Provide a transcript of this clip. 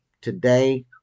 Today